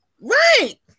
Right